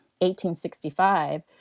1865